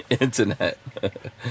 internet